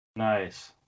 Nice